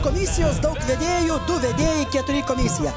komisijos daug vedėjų du vedėjai keturi komisija